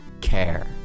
care